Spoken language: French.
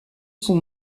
son